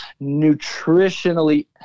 nutritionally